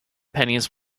pennies